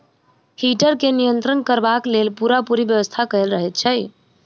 heater के नियंत्रण करबाक लेल पूरापूरी व्यवस्था कयल रहैत छै